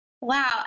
Wow